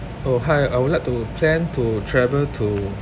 oh hi I would like to plan to travel to